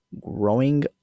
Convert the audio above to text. growing